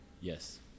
Yes